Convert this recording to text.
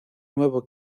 nuevo